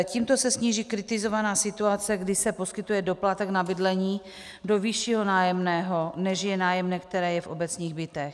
Tímto se sníží kritizovaná situace, kdy se poskytuje doplatek na bydlení do vyššího nájemného, než je nájemné, které je v obecních bytech.